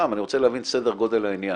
אני רוצה להבין את סדר גודל העניין.